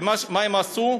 ומה הם עשו?